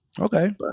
okay